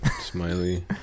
smiley